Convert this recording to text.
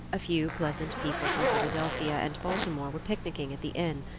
a few pleasant people from philadelphia and baltimore were picknicking at the inn,